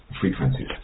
frequencies